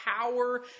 power